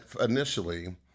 initially